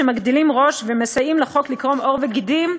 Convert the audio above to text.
שמגדילים ראש ומסייעים לחוק לקרום עור וגידים,